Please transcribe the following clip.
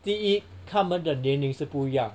第一他们的年龄是不一样